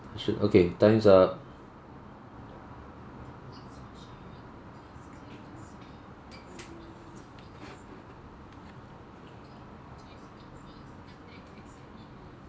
I should okay time's up